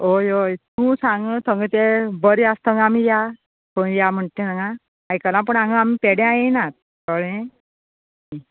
हय हय तूं सांग सांग तें बरें आसा थंग आमी या खंय या म्हण ते आंगा आयकला पूण आंगां आमी पेड्या येयनात कळ्ळें